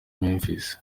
memphis